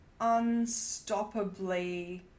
unstoppably